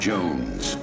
Jones